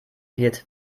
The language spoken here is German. wird